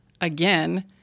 again